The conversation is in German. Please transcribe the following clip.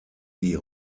die